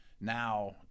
now